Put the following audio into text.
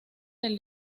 del